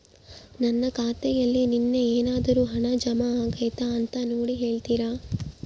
ನನ್ನ ಖಾತೆಯಲ್ಲಿ ನಿನ್ನೆ ಏನಾದರೂ ಹಣ ಜಮಾ ಆಗೈತಾ ಅಂತ ನೋಡಿ ಹೇಳ್ತೇರಾ?